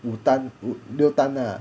五单六单 lah